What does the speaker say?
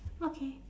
okay